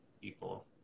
people